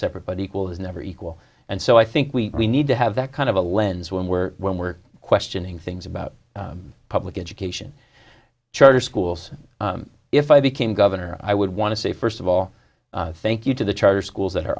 separate but equal is never equal and so i think we need to have that kind of a lens when we're when we're questioning things about public education charter schools if i became governor i would want to say first of all thank you to the charter schools that are